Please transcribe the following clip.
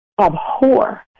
abhor